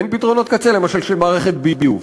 אין פתרונות קצה, למשל של מערכת ביוב.